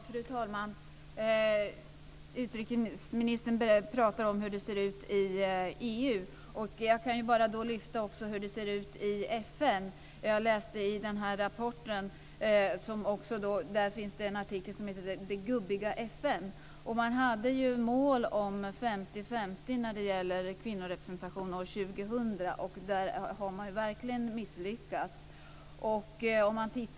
Fru talman! Utrikesministern pratar om hur det ser ut i EU, och jag kan lyfta fram hur det ser ut i FN. Jag läste i den här rapporten en artikel som heter Det gubbiga FN. Man hade målet 50-50 när det gällde kvinnorepresentationen år 2000, och där har man verkligen misslyckats.